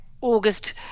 August